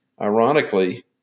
ironically